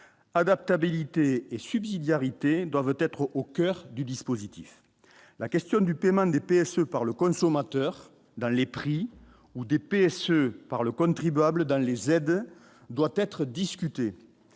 adaptabilité et subsidiarité doivent être au coeur du dispositif, la question du paiement des PSE par le consommateur dans les prix ou DPS par le contribuable dans les aides doit être discuté